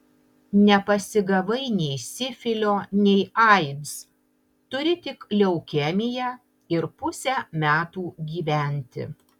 nepasigavai nei sifilio nei aids turi tik leukemiją ir pusę metų gyventi